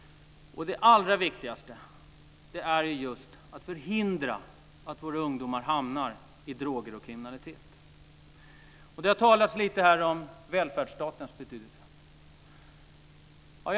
Det allra viktigaste är just att förhindra att våra ungdomar hamnar i droger och kriminalitet. Det har talats här lite om välfärdsstatens betydelse.